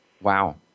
Wow